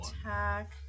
attack